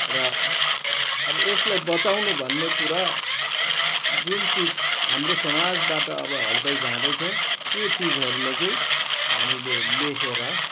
र अब यसलाई बचाउनु भन्ने कुरा जुन चिज हाम्रो समाजबाट अब हट्दै जाँदैछ त्यो चिजहरूलाई चाहिँ हामीले लेखेर